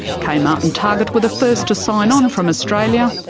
kmart and target were the first to sign on from australia,